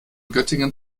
göttingen